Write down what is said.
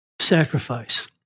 sacrifice